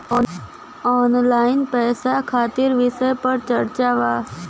Online पैसा खातिर विषय पर चर्चा वा?